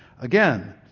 Again